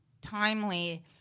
timely